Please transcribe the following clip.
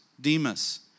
Demas